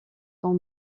tons